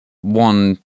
one